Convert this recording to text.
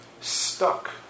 stuck